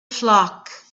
flock